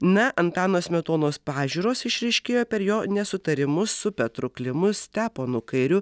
na antano smetonos pažiūros išryškėjo per jo nesutarimus su petru klimu steponu kairiu